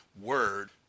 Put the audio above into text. word